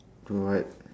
do what